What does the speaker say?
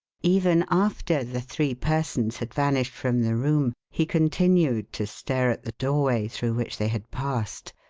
even after the three persons had vanished from the room, he continued to stare at the doorway through which they had passed,